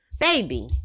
Baby